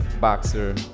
boxer